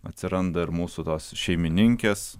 atsiranda ir mūsų tos šeimininkės